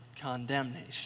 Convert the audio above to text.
condemnation